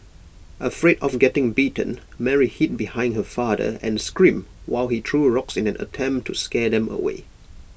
afraid of getting bitten Mary hid behind her father and screamed while he threw rocks in an attempt to scare them away